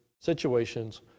situations